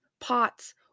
pots